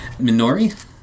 Minori